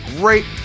great